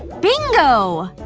bingo!